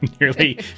Nearly